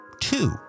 Two